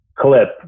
clip